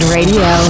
Radio